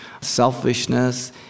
selfishness